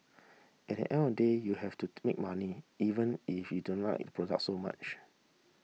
at the end of the day you have to make money even if you don't like the product so much